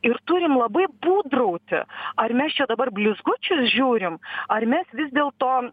ir turim labai būdrauti ar mes čia dabar blizgučius žiūrim ar mes vis dėlto